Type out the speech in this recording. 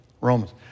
Romans